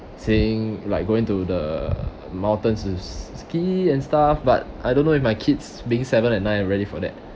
saying like go into the mountains to ski and stuff but I don't know if my kids being seven and nine are ready for that